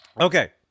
Okay